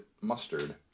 mustard